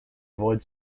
avoid